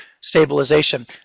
stabilization